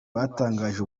batangije